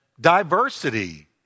diversity